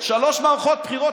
שלוש מערכות בחירות.